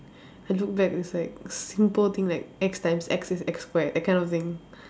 I look back it's like simple thing like X times X is X square that kind of thing